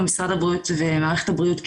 משרד הבריאות ומערכת הבריאות,